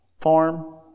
farm